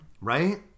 Right